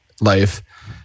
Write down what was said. life